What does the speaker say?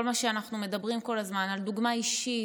כל מה שאנחנו מדברים כל הזמן על דוגמה אישית